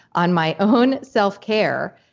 on my own self-care,